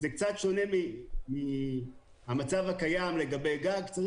זה קצת שונה מהמצב הקיים לגבי גג כי צריך